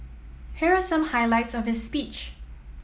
here are some highlights of his speech